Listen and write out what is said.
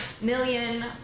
million